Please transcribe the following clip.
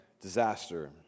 disaster